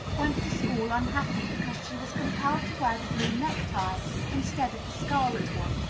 went to school unhappy because she was compelled to wear the blue necktie instead of the scarlet one,